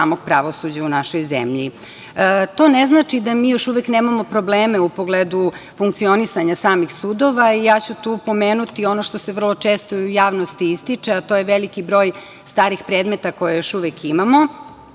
ne znači da mi još uvek nemamo probleme u pogledu funkcionisanja samih sudova i ja ću tu pomenuti ono što se vrlo često u javnosti ističe, a to je veliki broj starih predmeta koji još uvek imamo.